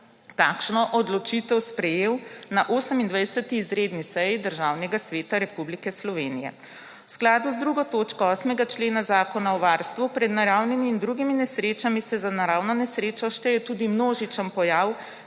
takšno odločitev sprejel na 28. izredni seji Državnega sveta Republike Slovenije. V skladu z drugo točko 8. člena Zakona o varstvu pred naravnimi in drugimi nesrečami se za naravno nesrečo šteje tudi množičen pojav